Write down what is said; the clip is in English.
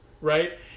right